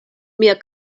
mia